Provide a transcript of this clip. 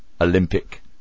Olympic